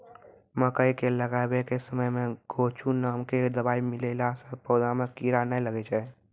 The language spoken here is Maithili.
मकई के लगाबै के समय मे गोचु नाम के दवाई मिलैला से पौधा मे कीड़ा नैय लागै छै?